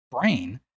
brain